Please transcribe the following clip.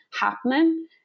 happening